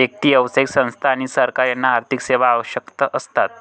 व्यक्ती, व्यावसायिक संस्था आणि सरकार यांना आर्थिक सेवा आवश्यक असतात